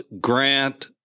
grant